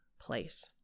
place